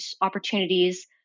opportunities